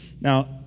Now